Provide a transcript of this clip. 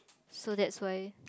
so that's why